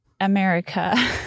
America